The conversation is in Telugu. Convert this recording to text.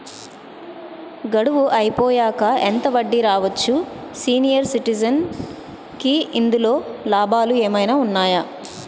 గడువు అయిపోయాక ఎంత వడ్డీ రావచ్చు? సీనియర్ సిటిజెన్ కి ఇందులో లాభాలు ఏమైనా ఉన్నాయా?